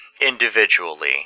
individually